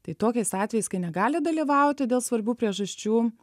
tai tokiais atvejais kai negali dalyvauti dėl svarbių priežasčių